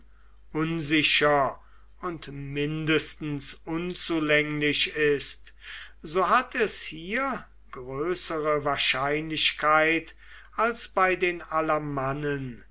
unsicher und mindestens unzulänglich ist so hat es hier größere wahrscheinlichkeit als bei den